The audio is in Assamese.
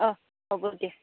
অঁ হ'ব দিয়ক